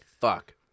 fuck